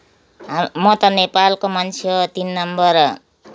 म त नेपालको मान्छे हो तिन नम्बर